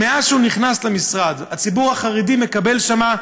שמאז שהוא נכנס למשרד הציבור החרדי מקבל שם,